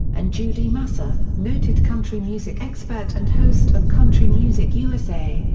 and judy massa, noted country music expert and host of country music u s a,